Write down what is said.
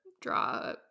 draw